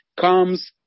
comes